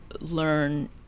learn